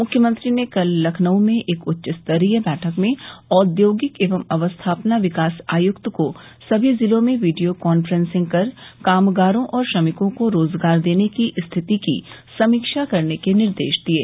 मुख्यमंत्री ने कल लखनऊ में एक उच्चस्तरीय बैठक में औद्योगिक एवं अवस्थापना विकास आयुक्त को सभी जिलों में वीडियो कॉन्फ्रेंसिंग कर कामगारों और श्रमिकों को रोजगार देने की स्थिति की समीक्षा करने के निर्देश दिये